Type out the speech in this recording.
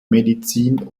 medizin